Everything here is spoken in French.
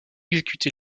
exécuter